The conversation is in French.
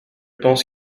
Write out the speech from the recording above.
pense